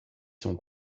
son